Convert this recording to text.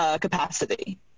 capacity